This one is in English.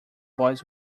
boys